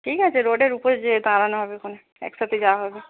ঠিক আছে রোডের উপরে গিয়ে দাঁড়ানো হবেখনে একসাথে যাওয়া হবে